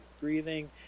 breathing